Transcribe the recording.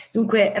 Dunque